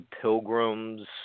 Pilgrims